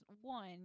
one